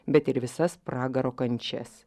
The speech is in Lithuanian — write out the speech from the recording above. bet ir visas pragaro kančias